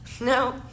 No